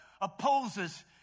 opposes